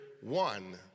one